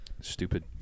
stupid